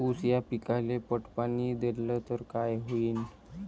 ऊस या पिकाले पट पाणी देल्ल तर काय होईन?